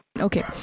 Okay